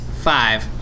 Five